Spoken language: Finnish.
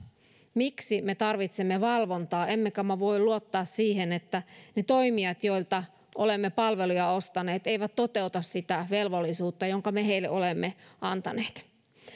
miksi me tarvitsemme valvontaa emmekö me voi luottaa siihen että ne toimijat joilta olemme palveluja ostaneet eivät toteuta sitä velvollisuutta jonka me heille olemme antaneet